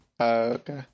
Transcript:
Okay